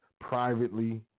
privately